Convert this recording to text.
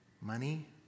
money